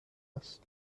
است